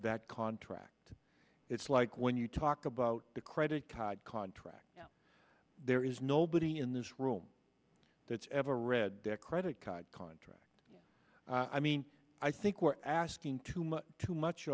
that contract it's like when you talk about the credit card contract there is nobody in this room that's ever read credit card contract i mean i think we're asking too much too much